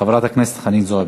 חברת הכנסת חנין זועבי.